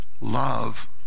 love